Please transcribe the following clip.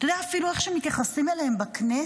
אתה יודע, אפילו איך שמתייחסים אליהם בכנסת,